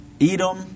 Edom